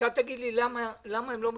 תגיד לי: למה הם לא מקבלים?